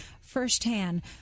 firsthand